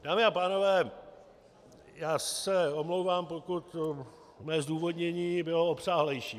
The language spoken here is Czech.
Dámy a pánové, omlouvám se, pokud mé zdůvodnění bylo obsáhlejší.